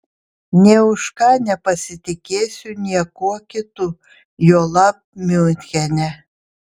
nė už ką nepasitikėsiu niekuo kitu juolab miunchene